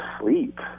sleep